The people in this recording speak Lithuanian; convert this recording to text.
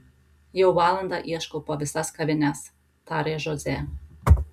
jau valandą ieškau po visas kavines tarė žozė